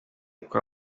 kwa